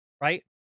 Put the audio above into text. right